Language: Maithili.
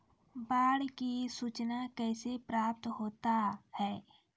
बाढ की सुचना कैसे प्राप्त होता हैं?